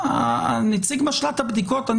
נציג משל"ט הבדיקות המהירות,